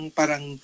parang